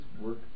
work